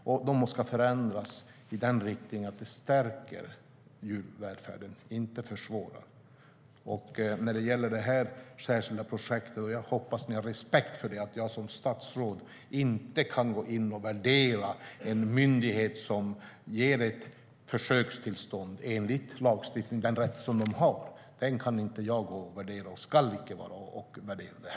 Och de måste förändras i en sådan riktning att det stärker djurvälfärden, inte försvårar den.